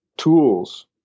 tools